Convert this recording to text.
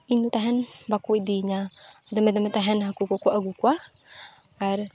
ᱤᱧᱫᱚ ᱛᱟᱦᱮᱱ ᱵᱟᱠᱚ ᱤᱫᱤᱭᱧᱟ ᱫᱚᱢᱮ ᱫᱚᱢᱮ ᱛᱟᱦᱮᱱ ᱦᱟᱹᱠᱩ ᱠᱚᱠᱚ ᱟᱹᱜᱩ ᱠᱚᱣᱟ ᱟᱨ